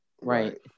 Right